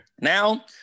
Now